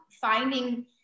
finding